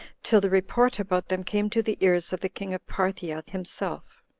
till the report about them came to the ears of the king of parthia himself.